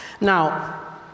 Now